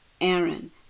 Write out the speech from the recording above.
Aaron